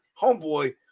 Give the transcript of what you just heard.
Homeboy